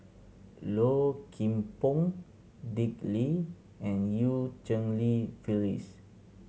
Low Kim Pong Dick Lee and Eu Cheng Li Phyllis